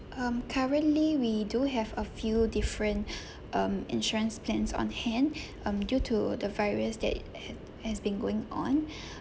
um currently we do have a few different um insurance plans on hand um due to the virus that ha~ has been going on